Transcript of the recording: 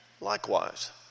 likewise